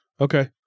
Okay